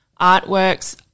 artworks